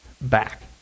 back